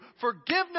forgiveness